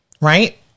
right